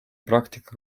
praktika